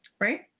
Right